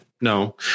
No